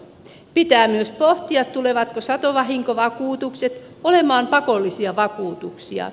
pitää myös pohtia tulevatko satovahinkovakuutukset olemaan pakollisia vakuutuksia